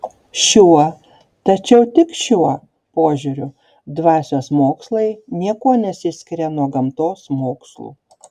šiuo tačiau tik šiuo požiūriu dvasios mokslai niekuo nesiskiria nuo gamtos mokslų